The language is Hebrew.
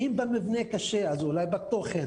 אם במבנה קשה אז אולי בתוכן.